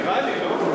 נראה לי, לא?